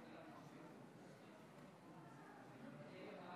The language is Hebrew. הצעת חוק פיקוח על מחירי מצרכים ושירותים (תיקון,